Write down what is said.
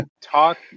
talk